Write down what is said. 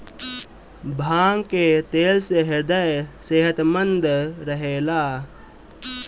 भांग के तेल से ह्रदय सेहतमंद रहेला